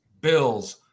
Bills